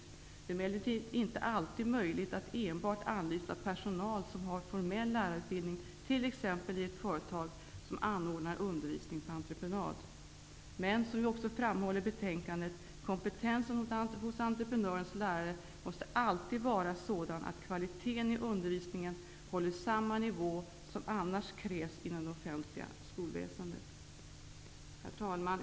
Det är emellertid inte alltid möjligt att enbart anlita personal som har formell lärarutbildning, t.ex. i ett företag som anordnar undervisning på entreprenad. Men, som vi också framhåller i betänkandet, kompetensen hos entreprenörens lärare måste alltid vara sådan att kvaliteten i undervisningen håller samma nivå som annars krävs inom det offentliga skolväsendet. Herr talman!